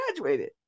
graduated